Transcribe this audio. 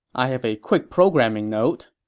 i have a quick programming note.